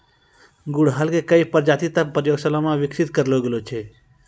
गुड़हल के कई प्रजाति तॅ प्रयोगशाला मॅ विकसित करलो गेलो छै